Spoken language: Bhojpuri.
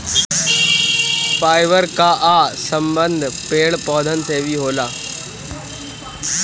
फाइबर कअ संबंध पेड़ पौधन से भी होला